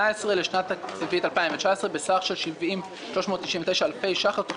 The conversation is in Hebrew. לשנת 2019 בסך של 234 מיליוני שקלים ו-615,000 שקלים